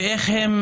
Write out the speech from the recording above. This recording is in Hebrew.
-- ואיך הם